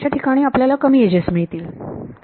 च्या ठिकाणी आपल्याला कमी एजेस मिळतील